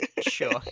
Sure